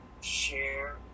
share